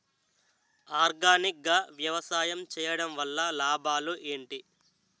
Organic గా వ్యవసాయం చేయడం వల్ల లాభాలు ఏంటి?